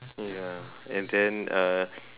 ya and then uh